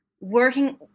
working